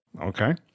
Okay